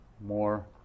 more